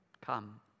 come